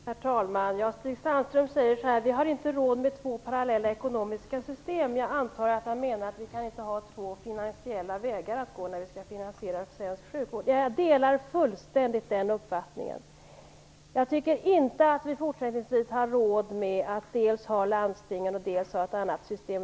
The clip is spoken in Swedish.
Herr talman! Stig Sandström säger att vi inte har råd med två parallella ekonomiska system. Jag antar att han menar att vi inte kan ha två finansiella vägar för att finansiera svensk sjukvård. Jag delar fullständigt den uppfattningen. Jag tycker inte att vi fortsättningsvis har råd med dels landstingen, dels ett annat system.